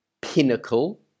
pinnacle